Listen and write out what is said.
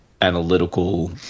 analytical